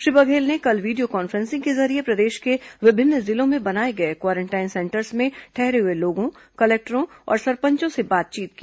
श्री बघेल ने कल video conferencing के जरिये प्रदेश के विभिन्न जिलों में बनाए गए क्वारेंटाइन सेंटरों में ठहरे हुए लोगों कलेक्टरों और सरपंचों से बातचीत की